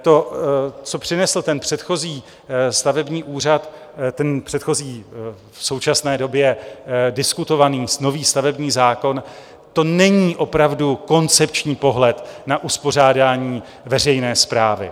To, co přinesl předchozí stavební úřad, ten předchozí, v současné době diskutovaný nový stavební zákon, to není opravdu koncepční pohled na uspořádání veřejné správy.